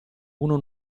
uno